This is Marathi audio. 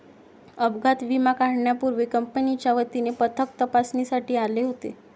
अपघात विमा काढण्यापूर्वी कंपनीच्या वतीने पथक तपासणीसाठी आले होते